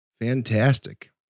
Fantastic